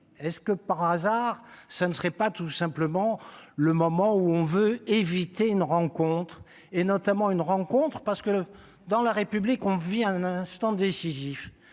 ce que par hasard, ce ne serait pas tout simplement le moment où on veut éviter une rencontre et notamment une rencontrent parce que dans la république, on vit un instant décisif,